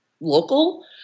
local